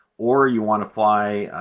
or you want to fly